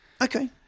Okay